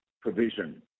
provision